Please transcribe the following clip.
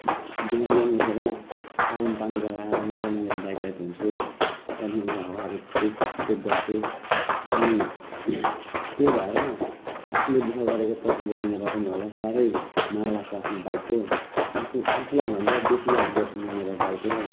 बिहान बिहान उठेर साबुन पानी लगाएर मजाले मेरो बाइकलाई धुन्छु त्यहाँदेखिन्को हावाहरू चेक गर्छु अनि त्यही भएर आफूले दुःख गरेको पैसाले किनेर पनि होला साह्रै माया लाग्छ आफ्नो बाइकको आफू आफूलाई भन्दा बेसी याद गर्छु म मेरो बाइकलाई